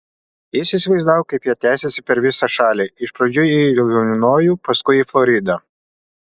jis įsivaizdavo kaip jie tęsiasi per visą šalį iš pradžių į ilinojų paskui į floridą